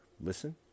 listen